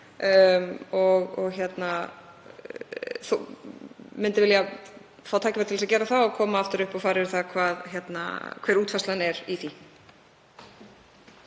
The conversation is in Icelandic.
og myndi vilja fá tækifæri til að gera það og koma aftur upp og fara yfir hver útfærslan er í því.